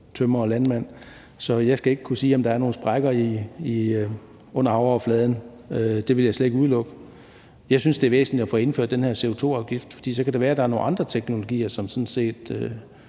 tømrer og landmand, så jeg skal ikke kunne sige, om der er nogen sprækker under havoverfladen. Det vil jeg slet ikke udelukke. Jeg synes, det er væsentligt at få indført den her CO2-afgift, fordi det så kan være, at der er andre teknologier. Måske er